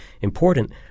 important